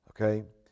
okay